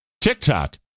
TikTok